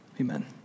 amen